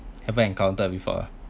ever encounter before ah